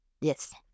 Yes